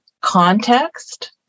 context